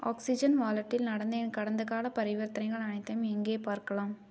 oxygen வாலெட்டில் நடந்த என் கடந்தகாலப் பரிவர்த்தனைகள் அனைத்தையும் எங்கே பார்க்கலாம்